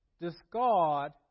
discard